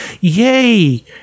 yay